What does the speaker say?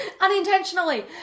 unintentionally